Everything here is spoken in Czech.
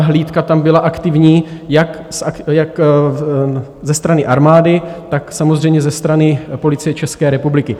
Hlídka tam byla aktivní jak ze strany armády, tak samozřejmě ze strany Policie České republiky.